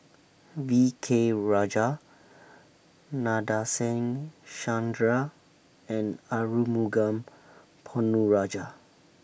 V K Rajah Nadasen Chandra and Arumugam Ponnu Rajah